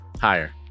higher